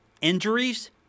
injuries